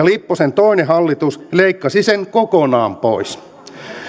lipposen toinen hallitus leikkasi sen kokonaan pois